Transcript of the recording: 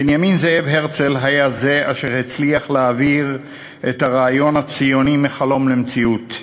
בנימין זאב הרצל הוא אשר הצליח להעביר את הרעיון הציוני מחלום למציאות,